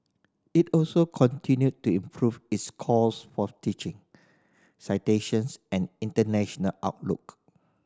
it also continued to improve its scores for teaching citations and international outlook